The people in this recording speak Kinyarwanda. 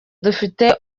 dufite